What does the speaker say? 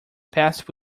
passed